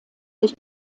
sich